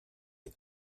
est